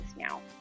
now